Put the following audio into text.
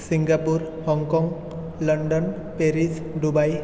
Singapore Hong Kong London Paris Dubai